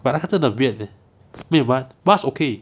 but 他真的很 weird uh 没有 but bus okay